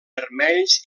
vermells